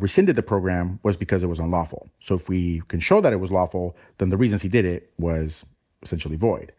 rescinded the program was because it was unlawful. so if we can show that it was lawful, then the reasons he did it was essentially void.